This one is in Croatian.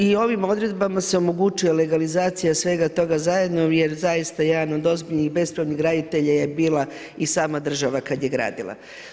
I ovim odredbama se omogućuje legalizacija svega toga zajedno, jer zaista jedan od ozbiljnih, bespravnih graditelja je bila i sama država kad je gradila.